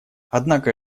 однако